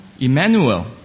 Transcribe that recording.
Emmanuel